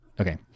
Okay